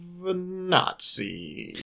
Nazi